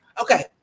Okay